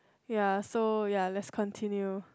ya so ya let's continue